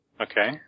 Okay